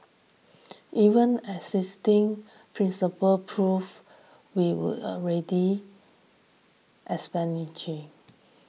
even existing principle prove we will already